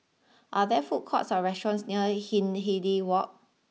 are there food courts or restaurants near Hindhede walk